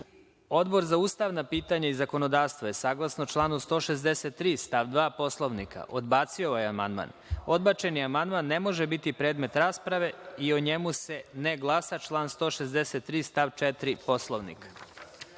za ustavna pitanja i zakonodavstvo je saglasno članu 163. stav 2. Poslovnika, odbacio je ovaj amandman. Odbačeni amandman ne može biti predmet rasprave i o njemu se ne glasa - član 163. stav 4. Poslovnika.(Zoran